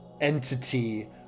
entity